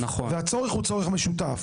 והצורך הוא צורך משותף.